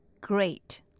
great